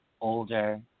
older